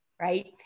right